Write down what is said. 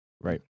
right